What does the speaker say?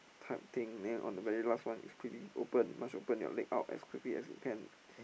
type thing then on the very last one is open must open your leg out as quickly as you can